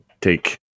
take